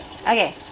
okay